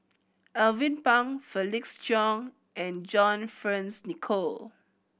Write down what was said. Alvin Pang Felix Cheong and John Fearns Nicoll